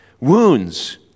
wounds